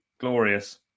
Glorious